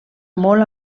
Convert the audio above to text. molt